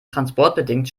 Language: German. transportbedingt